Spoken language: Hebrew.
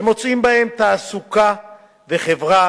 שמוצאים בהם תעסוקה וחברה